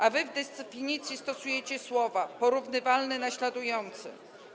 A wy w definicji stosujecie słowa „porównywalny”, „naśladujący”